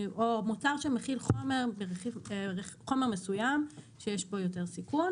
או מוצר שמכיל חומר מסוים שיש בו יותר סיכון,